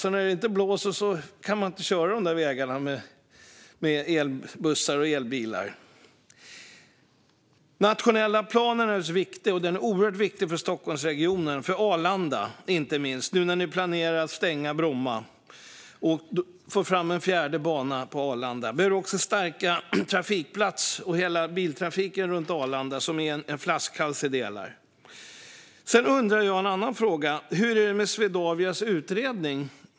Och när det inte blåser kan elbussar och elbilar inte köra på de vägarna. Den nationella planen är oerhört viktig för Stockholmsregionen, inte minst för Arlanda eftersom ni planerar att stänga Bromma. Vi måste få fram en fjärde bana på Arlanda och stärka trafikplatsen runt Arlanda som i delar är en flaskhals. Hur är det med Swedavias utredning?